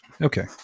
Okay